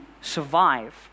survive